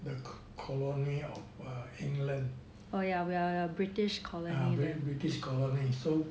the colonial of err england ah british colony so